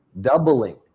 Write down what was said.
doubling